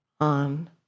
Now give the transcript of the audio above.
on